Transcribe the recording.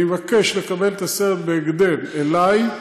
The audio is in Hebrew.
אני מבקש לקבל את הסרט בהקדם אלי,